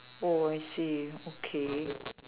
oh I see okay